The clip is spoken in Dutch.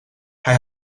hij